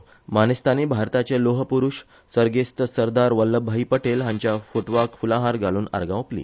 तशेंच मानेस्तांनी भारताचे लोहपुरूष सर्गेस्त सरदार वल्लभभाई पटेल हांच्या फोटवाक फुलाहार घालून आर्गा ओपली